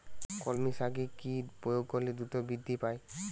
কলমি শাকে কি প্রয়োগ করলে দ্রুত বৃদ্ধি পায়?